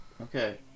Okay